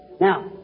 Now